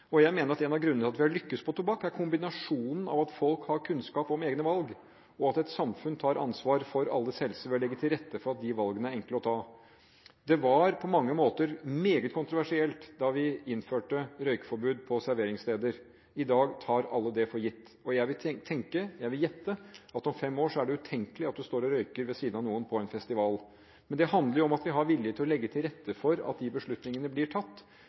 tobakk. Jeg mener at en av grunnene til at vi har lyktes på tobakk, er kombinasjonen av at folk har kunnskap om egne valg, og at et samfunn tar ansvar for alles helse ved å legge til rette for at de valgene er enkle å ta. Det var på mange måter meget kontroversielt da vi innførte røykeforbud på serveringssteder. I dag tar alle det for gitt. Jeg vil gjette at om fem år er det utenkelig at du står og røyker ved siden av noen på en festival. Men det handler om at vi har vilje til å legge til rette for at de beslutningene blir tatt,